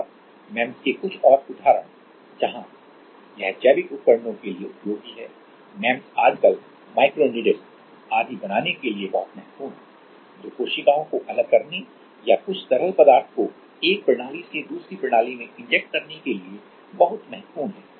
और एमईएमएस के कुछ और उदाहरण जहां यह जैविक उपकरणों के लिए उपयोगी है एमईएमएस आजकल माइक्रोन नीडल आदि बनाने के लिए बहुत महत्वपूर्ण है जो कोशिकाओं को अलग करने या कुछ तरल पदार्थ को एक प्रणाली से दूसरी प्रणाली में इंजेक्ट करने के लिए बहुत महत्वपूर्ण हैं